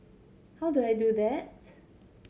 how do I do that